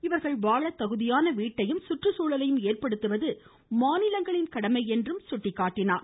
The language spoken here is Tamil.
இவர்கள் வாழ தகுதியான வீட்டையும் கற்றுச்சூழலையும் ஏற்படுத்துவது மாநிலங்களின் கடமை என்றும் சுட்டிக்காட்டினார்